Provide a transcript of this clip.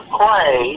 play